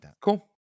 cool